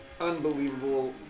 unbelievable